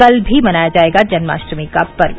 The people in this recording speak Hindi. कल भी मनाया जायेगा जन्माष्टमी का पर्व